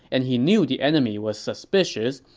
and he knew the enemy was suspicious,